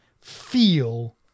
feel